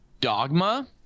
Dogma